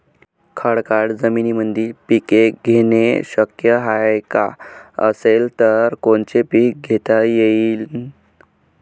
खडकाळ जमीनीमंदी पिके घेणे शक्य हाये का? असेल तर कोनचे पीक घेता येईन?